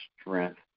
strength